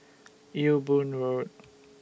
Ewe Boon Road